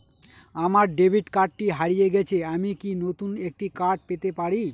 আমার ডেবিট কার্ডটি হারিয়ে গেছে আমি কি নতুন একটি কার্ড পেতে পারি?